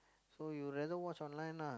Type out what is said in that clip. so you rather watch online lah